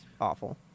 awful